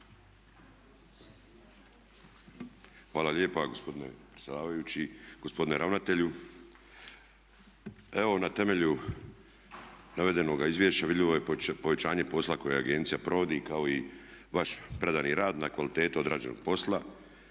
Hvala lijepa gospodine predsjedavajući. Gospodine ravnatelju evo na temelju navedenog izvješća vidljivo je povećanje posla koje agencija provodi kao i vaš predani rad na kvaliteti odrađenog posla